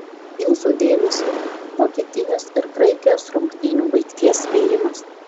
jūsų dėmesiui vokietijos ir graikijos rungtynių baigties spėjimas